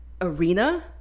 arena